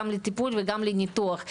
גם לטיפול וגם לניתוח.